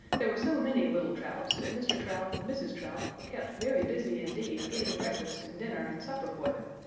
there were so many little trouts that mr. trout and mrs. trout were kept very busy indeed getting breakfast and dinner and supper for them,